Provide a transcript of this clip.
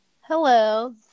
hello